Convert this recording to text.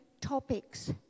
topics